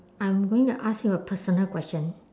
I'm going to ask you a personal question